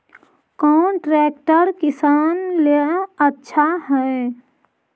कौन ट्रैक्टर किसान ला आछा है?